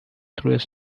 through